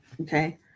Okay